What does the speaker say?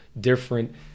different